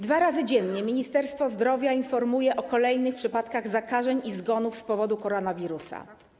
Dwa razy dziennie Ministerstwo Zdrowia informuje o kolejnych przypadkach zakażeń i zgonów z powodu koronawirusa.